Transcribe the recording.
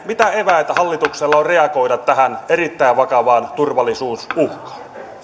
mitä eväitä hallituksella on reagoida tähän erittäin vakavaan turvallisuusuhkaan